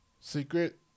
Secret